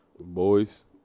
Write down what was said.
boys